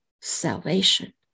salvation